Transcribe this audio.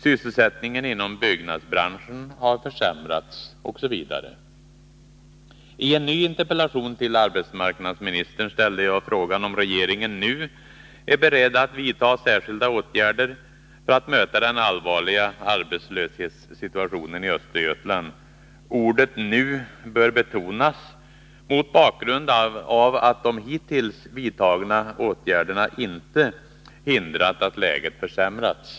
Sysselsättningen inom byggnadsbranschen har försämrats osv. I en ny interpellation till arbetsmarknadsministern ställde jag frågan om regeringen nu är beredd att vidta särskilda åtgärder för att möta den allvarliga arbetslöshetssituationen i Östergötland. Ordet ”nu” bör betonas, mot bakgrund av att de hittills vidtagna åtgärderna inte hindrat att läget Nr 80 försämrats.